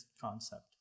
concept